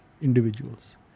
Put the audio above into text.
individuals